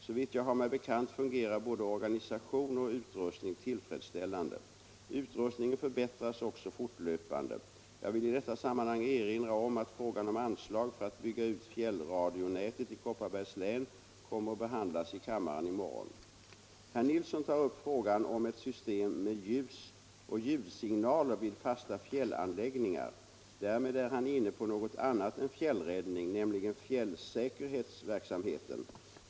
Såvitt jag har mig bekant fungerar både organisation och utrustning tillfredsställande. Utrustningen förbättras också fortlöpande. Jag vill i detta sammanhang erinra om att frågan om anslag för att bygga ut fjällradionätet i Kopparbergs län kommer att behandlas i kammaren i morgon. Herr Nilsson tar upp frågan om ett system med ljusoch ljudsignaler vid fasta fjällanläggningar. Därmed är han inne på något annat än fjällräddning, nämligen fjällsäkerhetsverksamheten.